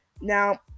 Now